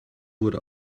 wurde